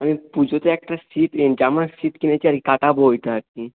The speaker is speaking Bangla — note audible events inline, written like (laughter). আমি পুজোতে একটা ছিট (unintelligible) জামার ছিট কিনেছি আর কি কাটাব ওইটা আর কি